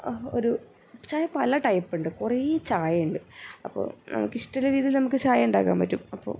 ഒരു ചായ പല ടൈപ്പുണ്ട് കുറേ ചായയുണ്ട് അപ്പോൾ നമുക്ക് ഇഷ്ടമുള്ള രീതിയിൽ നമുക്ക് ചായ ഉണ്ടാക്കാൻ പറ്റും അപ്പോൾ